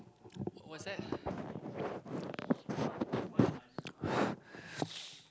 what's that